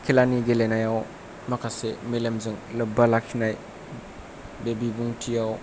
खेलानि गेलेनायाव माखासे मेलेमजों लोब्बा लाखिनाय बे बिबुंथियाव